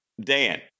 Dan